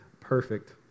perfect